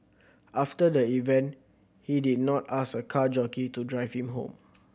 after the event he did not ask a car jockey to drive him home